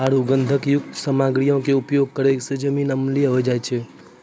आरु गंधकयुक्त सामग्रीयो के उपयोग करै से जमीन अम्लीय होय जाय छै